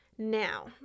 Now